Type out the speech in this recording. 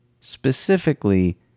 Specifically